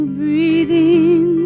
breathing